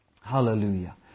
Hallelujah